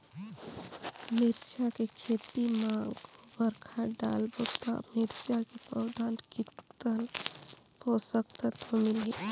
मिरचा के खेती मां गोबर खाद डालबो ता मिरचा के पौधा कितन पोषक तत्व मिलही?